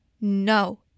no